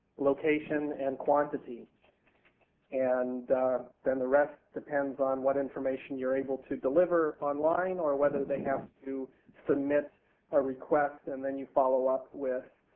location and quantity and then the rest depends on what information youire able to deliver online or whether they have to submit a request and then you follow up with